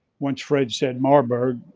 once fred said marburg,